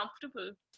comfortable